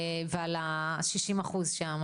ועל ה-60 אחוז שם.